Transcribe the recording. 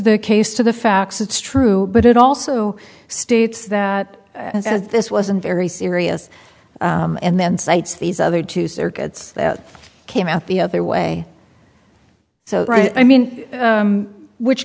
the case to the facts it's true but it also states that this wasn't very serious and then cites these other two circuits that came out the other way so i mean which